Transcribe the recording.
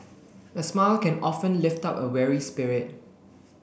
a smile can often lift up a weary spirit